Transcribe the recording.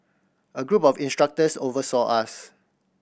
a group of instructors oversaw us